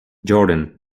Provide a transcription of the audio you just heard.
jordan